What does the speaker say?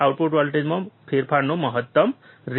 output વોલ્ટેજના ફેરફારનો મહત્તમ રેટ